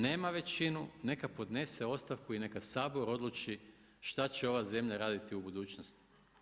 Nema većinu, neka podnese ostavku i neka Sabor odluči šta će ova zemlja raditi u budućnosti.